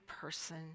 person